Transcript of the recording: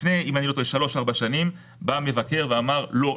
לפני כשלוש-ארבע שנים בא המבקר ואמר, לא.